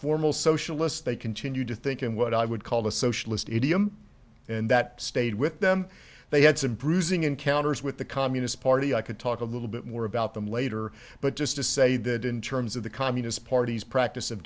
formal socialists they continued to think in what i would call a socialist idiom and that stayed with them they had some bruising encounters with the communist party i could talk a little bit more about them later but just to say that in terms of the communist party's practice of